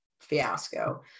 fiasco